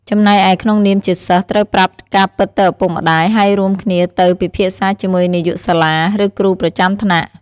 ចំណែកឯ ក្នុងនាមជាសិស្ស ត្រូវប្រាប់ការពិតទៅឪពុកម្តាយ ហើយរួមគ្នាទៅ ពិភាក្សាជាមួយនាយកសាលា ឬគ្រូប្រចាំថ្នាក់។